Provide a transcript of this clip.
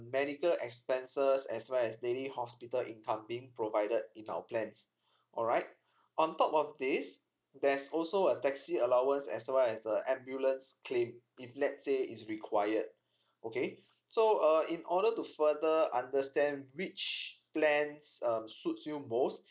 medical expenses as well as daily hospital income being provided in our plans alright on top of this there's also a taxi allowance as well as a ambulance claim if let's say it's required okay so uh in order to further understand which plans um suits you most